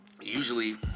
usually